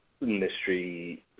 Mystery